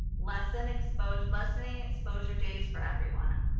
lessening exposure lessening exposure days for everyone.